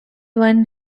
won